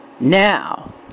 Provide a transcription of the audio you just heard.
Now